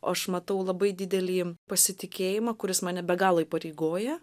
aš matau labai didelį pasitikėjimą kuris mane be galo įpareigoja